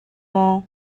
maw